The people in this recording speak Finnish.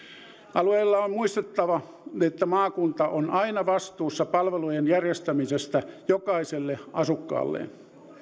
alueilla on muistettava että maakunta on aina vastuussa palvelujen järjestämisestä jokaiselle asukkaalleen